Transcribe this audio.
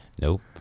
Nope